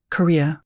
Korea